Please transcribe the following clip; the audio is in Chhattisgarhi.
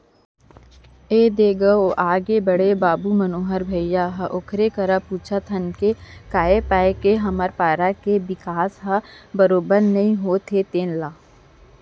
ए दे आगे गो बड़े बाबू मनोहर भइया ह ओकरे करा पूछत हन के काय पाय के हमर पारा के बिकास हर बरोबर नइ होत हे तेन ल